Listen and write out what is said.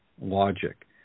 logic